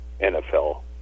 nfl